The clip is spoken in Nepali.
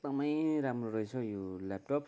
एकदमै राम्रो रहेछ यो ल्यापटप